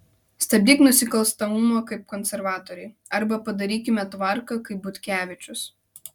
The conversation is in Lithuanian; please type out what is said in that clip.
stabdyk nusikalstamumą kaip konservatoriai arba padarykime tvarką kaip butkevičius